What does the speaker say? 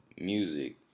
music